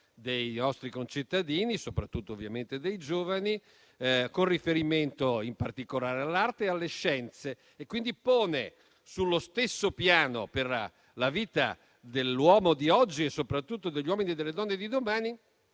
dei nostri concittadini, soprattutto dei giovani, con riferimento in particolare all'arte e alle scienze e quindi pone sullo stesso piano per la vita dell'uomo di oggi e soprattutto degli uomini e delle donne di domani